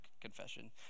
confession